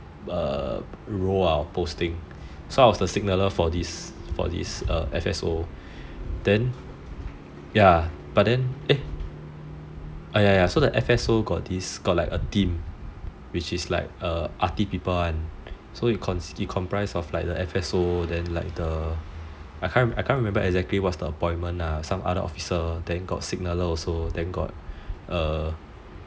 role or posting so I was the signaller for this F_S_O ya but then orh ya ya ya so the F_S_O got this got like a team which is like ARTI people [one] so it comprise of the F_S_O I cant remember exactly what's the appointment lah some other officer that got signaller also then got err